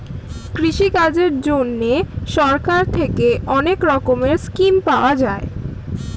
কৃষিকাজের জন্যে সরকার থেকে অনেক রকমের স্কিম পাওয়া যায়